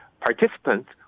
participants